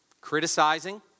criticizing